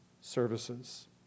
services